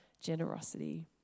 generosity